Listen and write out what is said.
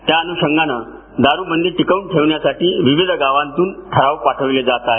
त्याअन्षंगानं दारूबंदी टिकवून ठेवण्यासाठी विविध गावांतून ठराव पाठविले जात आहेत